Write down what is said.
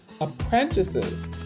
apprentices